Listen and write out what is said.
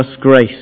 grace